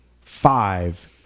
five